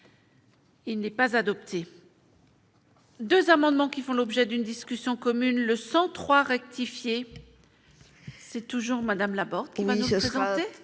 Il n'est pas adopté. 2 amendements qui font l'objet d'une discussion commune le 103 rectifié, c'est toujours Madame Laborde. Emmanuel santé